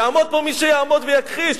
יעמוד פה מי שיעמוד ויכחיש,